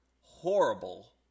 horrible